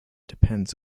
depends